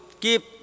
Keep